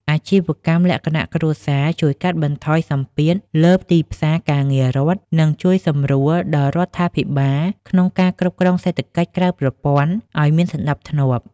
អាជីវកម្មលក្ខណៈគ្រួសារជួយកាត់បន្ថយសម្ពាធលើទីផ្សារការងាររដ្ឋ និងជួយសម្រួលដល់រដ្ឋាភិបាលក្នុងការគ្រប់គ្រងសេដ្ឋកិច្ចក្រៅប្រព័ន្ធឱ្យមានសណ្ដាប់ធ្នាប់។